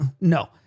no